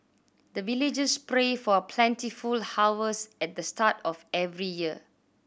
the villagers pray for plentiful harvest at the start of every year